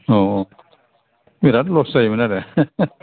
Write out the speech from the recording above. औ औ बिराद लस जायोमोन आरो